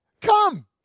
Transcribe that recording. Come